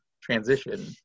transition